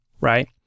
Right